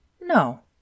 No